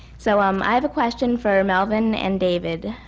so um i have a question for melvin and david.